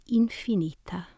infinita